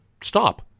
stop